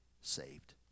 saved